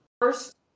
first